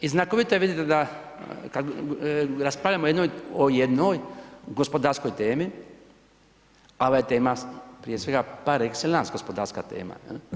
I znakovito je vidite da raspravljamo o jednoj gospodarskoj temi a ova je tema prije svega par excellence, gospodarska tema.